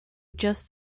just